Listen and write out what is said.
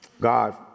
God